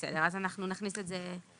בסדר, אנחנו נכניס את זה לנוסח.